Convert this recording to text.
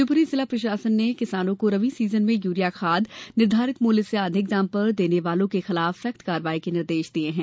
शिवपुरी जिला प्रशासन ने किसानो को रबी सीजन में यूरिया खाद निर्धारित मूल्य से अधिक दाम पर देने वालों के विरूद्व सख्त कार्यवाही के निर्देश दिये हैं